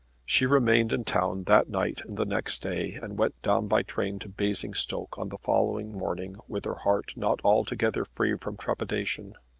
she remained in town that night and the next day, and went down by train to basingstoke on the following morning with her heart not altogether free from trepidation.